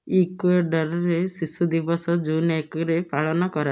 ଇକ୍ୱେଡ଼ରରେ ଶିଶୁ ଦିବସ ଜୁନ ଏକରେ ପାଳନ କରାଯାଏ